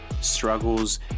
struggles